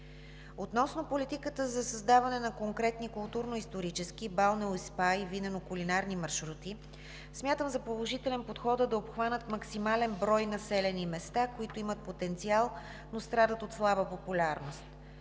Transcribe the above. Относно политиката за създаване на конкретни културно-исторически, балнео, спа и винено-кулинарни маршрути смятам за положителен подхода да обхванат максимален брой населени места, които имат потенциал, но страдат от слаба популярност.